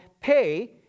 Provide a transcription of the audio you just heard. pay